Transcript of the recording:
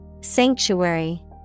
Sanctuary